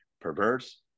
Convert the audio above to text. perverse